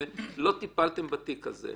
ולא טיפלתם בתיק הזה.